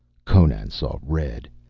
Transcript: conan saw red.